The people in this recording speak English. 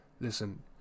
Listen